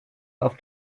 auf